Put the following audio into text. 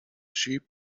sheep